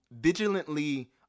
vigilantly